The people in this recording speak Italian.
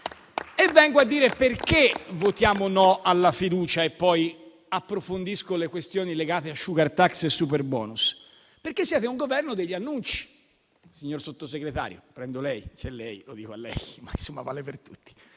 quindi a dire perché votiamo no alla fiducia e poi approfondisco le questioni legate alla *sugar tax* e al superbonus. Siete un Governo degli annunci, signor Sottosegretario;